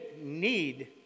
need